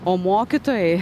o mokytojai